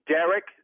Derek